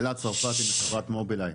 אני מחברת מובילאיי.